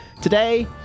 Today